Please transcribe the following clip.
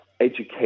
education